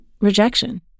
rejection